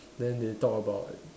then they talk about